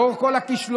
לאור כל הכישלונות.